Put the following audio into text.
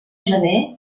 gener